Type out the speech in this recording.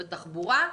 בתחבורה,